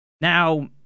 Now